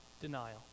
denial